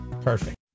Perfect